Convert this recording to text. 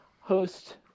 host